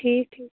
ٹھیٖک ٹھیٖک